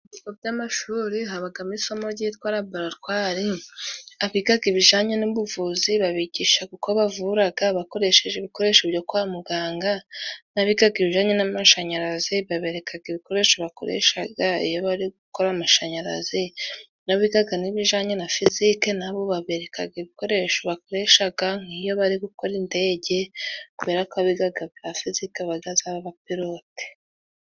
Ibigo by'amashuri habamo isomo ryitwa Laboratwari, abiga ibijyananye n'ubuvuzi babigisha uko bavura bakoresheje ibikoresho byo kwa muganga, n'abiga ibijyanye n'amashanyarazi babereka ibikoresho bakoresha iyo bari gukora amashanyarazi, abiga ibijanye na fizike nabo babereka ibikoresho bakoresha nk'iyo bari gukora indege, kubera ko abiga za fizike baba bazaba aba piraote.